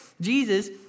Jesus